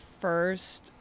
first